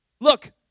Look